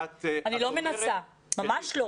ממש לא.